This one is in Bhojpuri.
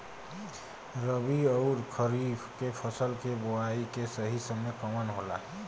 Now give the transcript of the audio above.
रबी अउर खरीफ के फसल के बोआई के सही समय कवन होला?